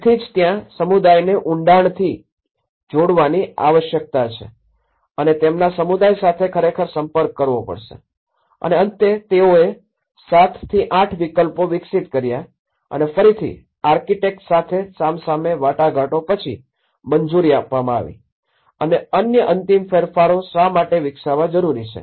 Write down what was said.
તેથી જ ત્યાં સમુદાયને ઊંડાણથી જોડવાની આવશ્યકતા છે અને તેમના સમુદાય સાથે ખરેખર સંપર્ક કરવો પડશે અને અંતે તેઓએ ૭ થી ૮ વિકલ્પો વિકસિત કર્યા અને ફરીથી આર્કિટેક્ટ્સ સાથે સામ સામે વાટાઘાટો પછી મંજૂરી આપવામાં આવી અને અન્ય અંતિમ ફેરફારો શા માટે વિકસાવા જરૂરી છે